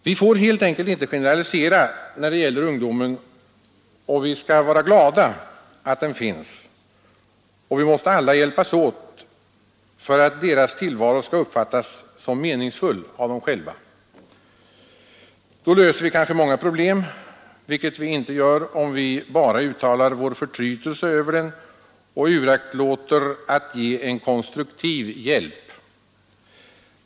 Vi får helt enkelt inte generalisera när det gäller ungdomen, vi skall vara glada att den finns och vi måste alla hjälpas åt för att ungdomarna skall uppfatta sin tillvaro som meningsfull. Då löser vi kanske många problem, vilket vi inte gör om vi bara uttalar vår förtrytelse över dem och uraktlåter att ge konstruktiv hjälp.